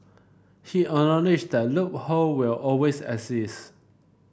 he acknowledged that loophole will always exist